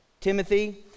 Timothy